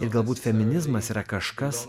ir galbūt feminizmas yra kažkas